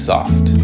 Soft